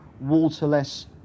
waterless